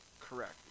Correct